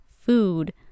food